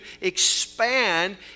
expand